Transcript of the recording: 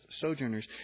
sojourners